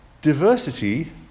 diversity